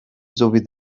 sowie